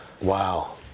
Wow